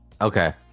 okay